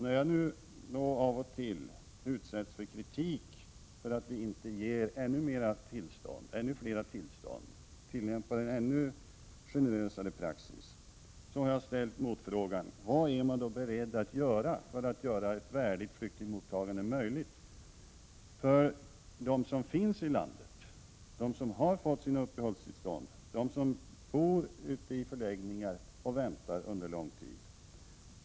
När jag då och då utsätts för kritik för att inte ge ännu flera tillstånd, tillämpar en ännu generösare praxis, har jag ställt motfrågan: Vad är man beredd att göra för att mottagandet skall bli värdigt för dem som finns i landet, som fått sitt uppehållstillstånd och bor i förläggningar och väntar under lång tid?